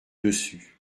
dessus